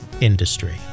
industry